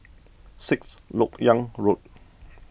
Sixth Lok Yang Road